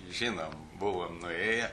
žinom buvom nuėję